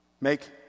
Make